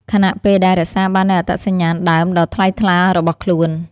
ខណៈពេលដែលរក្សាបាននូវអត្តសញ្ញាណដើមដ៏ថ្លៃថ្លារបស់ខ្លួន។